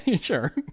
sure